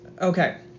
Okay